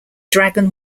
dragon